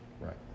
right